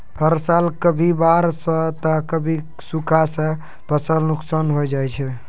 हर साल कभी बाढ़ सॅ त कभी सूखा सॅ फसल नुकसान होय जाय छै